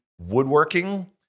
woodworking